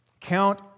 Count